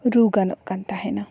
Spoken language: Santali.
ᱨᱩ ᱜᱟᱱᱚᱜ ᱠᱟᱱ ᱛᱟᱦᱮᱱᱟ